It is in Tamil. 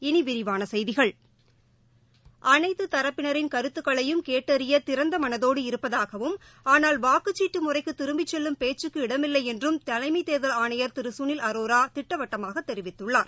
இனி விரிவான செய்திகள் அனைத்து தரப்பினின் கருத்துக்களையும் கேட்டறிய திறந்த மனதோடு இருப்பதாகவும் ஆனால் வாக்குச்சீட்டு முறைக்கு திரும்பிச் செல்லும் பேச்சுக்கு இடமில்லை என்றும் தலைமை தேர்தல் ஆணையர் திரு சுனில் அரோரா திட்டவட்டமாக தெரிவித்துள்ளார்